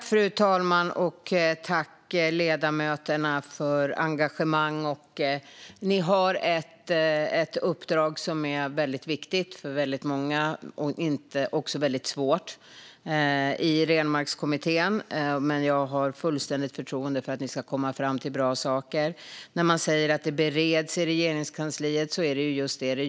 Fru talman! Tack, ledamöterna, för engagemang! Ni i Renmarkskommittén har ett uppdrag som är väldigt viktigt för väldigt många och också väldigt svårt. Jag har fullständigt förtroende för att ni ska komma fram till bra saker. När man säger att frågan bereds i Regeringskansliet är det just så det är.